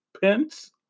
Pence